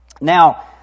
Now